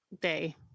day